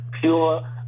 pure